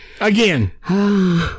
Again